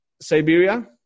Siberia